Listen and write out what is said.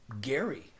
Gary